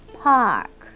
park